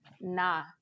Nah